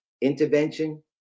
intervention